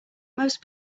most